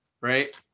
right